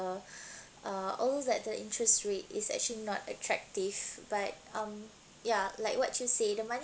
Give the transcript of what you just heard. uh although that the interest rate is actually not attractive but um ya like what you say the money